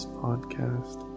podcast